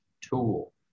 tool